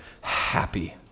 Happy